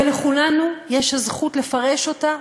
ולכולנו יש זכות לפרש אותה,